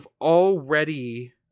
already